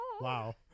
Wow